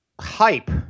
hype